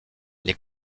les